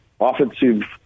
offensive